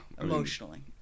Emotionally